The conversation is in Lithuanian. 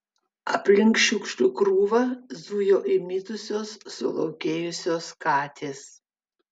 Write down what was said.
aplink šiukšlių krūvą zujo įmitusios sulaukėjusios katės